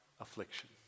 affliction